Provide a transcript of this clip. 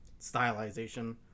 stylization